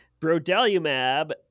Brodalumab